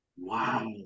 Wow